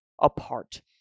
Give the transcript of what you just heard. apart